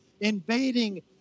invading